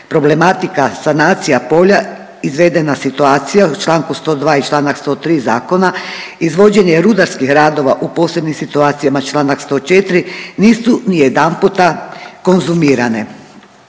problematika sanacija polja, izvedena situacija u čl. 102 i čl. 103 Zakona izvođenje rudarskih radova u posebnim situacijama, čl. 104 nisu nijedanputa konzumirane.